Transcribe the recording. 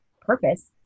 purpose